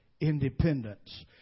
independence